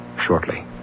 shortly